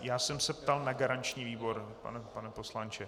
Já jsem se ptal na garanční výbor, pane poslanče.